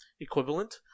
equivalent